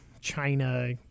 China